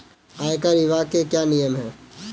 आयकर विभाग के क्या नियम हैं?